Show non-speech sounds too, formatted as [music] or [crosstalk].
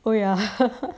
oh ya [laughs]